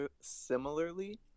similarly